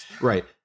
Right